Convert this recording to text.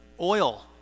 oil